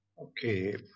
Okay